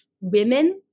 women